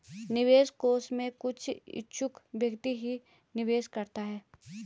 निवेश कोष में कुछ इच्छुक व्यक्ति ही निवेश करता है